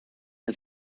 and